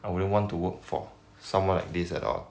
I wouldn't want to work for someone like this at all